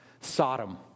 Sodom